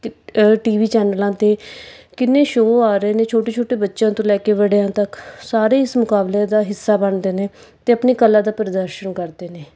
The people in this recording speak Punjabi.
ਟੀਵੀ ਚੈਨਲਾਂ 'ਤੇ ਕਿੰਨੇ ਸ਼ੋ ਆ ਰਹੇ ਨੇ ਛੋਟੇ ਛੋਟੇ ਬੱਚਿਆਂ ਤੋਂ ਲੈ ਕੇ ਵੱਡਿਆਂ ਤੱਕ ਸਾਰੇ ਇਸ ਮੁਕਾਬਲੇ ਦਾ ਹਿੱਸਾ ਬਣਦੇ ਨੇ ਅਤੇ ਆਪਣੀ ਕਲਾ ਦਾ ਪ੍ਰਦਰਸ਼ਨ ਕਰਦੇ ਨੇ